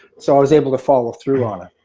so i was able to follow through on it.